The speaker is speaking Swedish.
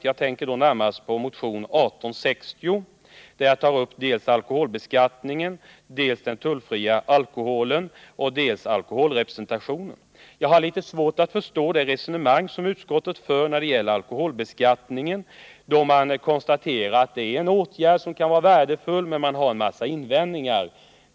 Jag syftar på motionen 1860 till detta riksmöte som utskottet behandlat ganska välvilligt, där jag tagit upp dels alkoholbeskattningen, dels den tullfria alkoholen, dels ock alkoholrepresentationen. Jag har trots allt litet svårt att förstå det resonemang som utskottet för när det gäller alkoholbeskattningen — utskottet konstaterar att det är en åtgärd som kan vara värdefull men gör sedan en mängd invändningar.